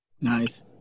Nice